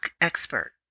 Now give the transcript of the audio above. expert